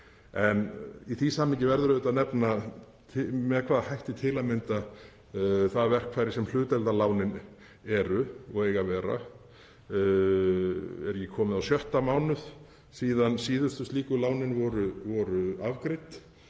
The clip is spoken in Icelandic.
En í því samhengi verður auðvitað að nefna með hvaða hætti til að mynda það verkfæri sem hlutdeildarlánin eru og eiga að vera — er ekki komið á sjötta mánuð síðan síðustu slíku lánin voru afgreidd?